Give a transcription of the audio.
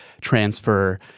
transfer